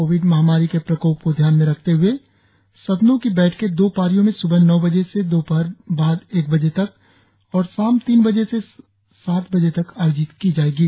Covid महामारी के प्रकोप को ध्यान में रखते हए सदनों की बैठके दो पारियों में सुबह नौ बजे से दोपहर बाद एक बजे तक और शाम तीन बजे से सात बजे तक आयोजित की जाएंगी